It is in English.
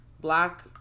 black